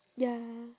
ya